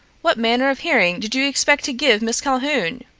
what manner of hearing did you expect to give miss calhoun?